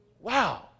Wow